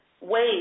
ways